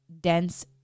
dense